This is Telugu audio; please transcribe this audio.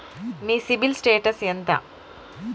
మీ సిబిల్ స్టేటస్ ఎంత?